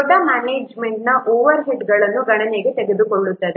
ದೊಡ್ಡ ಮ್ಯಾನೇಜ್ಮೆಂಟ್ನ ಓವರ್ಹೆಡ್ ಗಳನ್ನು ಗಣನೆಗೆ ತೆಗೆದುಕೊಳ್ಳುತ್ತದೆ